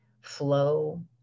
flow